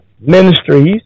ministries